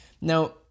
Now